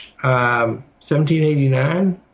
1789